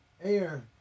air